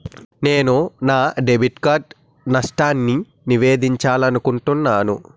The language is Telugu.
నేను నా డెబిట్ కార్డ్ నష్టాన్ని నివేదించాలనుకుంటున్నాను